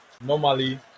normally